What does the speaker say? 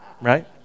Right